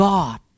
God